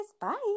bye